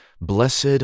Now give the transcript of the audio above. Blessed